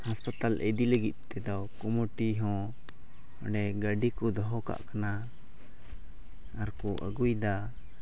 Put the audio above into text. ᱦᱟᱥᱯᱟᱛᱟᱞ ᱤᱫᱤ ᱞᱟᱹᱜᱤᱫ ᱛᱮᱫᱚ ᱠᱚᱢᱤᱴᱤ ᱦᱚᱸ ᱚᱱᱮ ᱜᱟᱹᱰᱤ ᱠᱚ ᱫᱚᱦᱚ ᱠᱟᱜ ᱠᱟᱱᱟ ᱟᱨᱠᱚ ᱟᱹᱜᱩᱭᱫᱟ